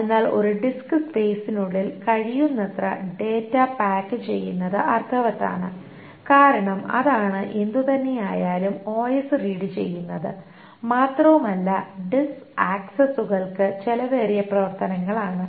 അതിനാൽ ഒരു ഡിസ്ക് സ്പെയ്സിനുള്ളിൽ കഴിയുന്നത്ര ഡാറ്റ പായ്ക്ക് ചെയ്യുന്നത് അർത്ഥവത്താണ് കാരണം അതാണ് എന്തുതന്നെയായാലും ഒഎസ് റീഡ് ചെയ്യുന്നത് മാത്രവുമല്ല ഡിസ്ക് ആക്സസ്സുകൾ ചെലവേറിയ പ്രവർത്തനങ്ങളാണ്